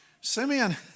Simeon